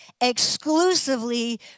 exclusively